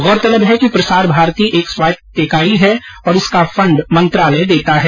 गौरतलब है कि प्रसार भारती एक स्वायत्त ईकाइ है और इसका फंड मंत्रालय देता हैं